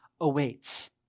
awaits